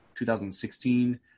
2016